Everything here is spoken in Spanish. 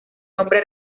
nombre